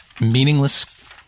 meaningless